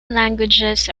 languages